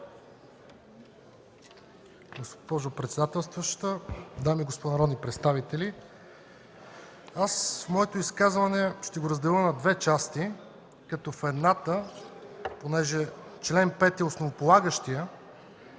Госпожо председателстваща, дами и господа народни представители! Аз моето изказване ще го разделя на две части, като в едната е чл. 5, понеже е основополагащият,